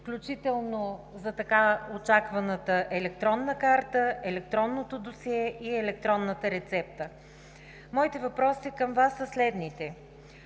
включително за така очакваните електронна карта, електронно досие и електронна рецепта. Моите въпроси към Вас са следните.